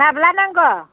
माब्ला नांगौ